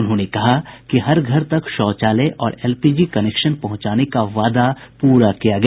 उन्होंने कहा कि हर घर तक शौचालय और एलपीजी कनेक्शन पहुंचाने का वायदा पूरा किया गया